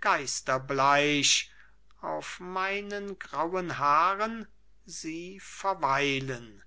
geisterbleich auf meinen grauen haaren sie verweilen